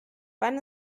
wann